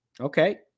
Okay